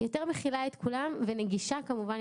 יותר מכילה את כולם ונגישה כמובן.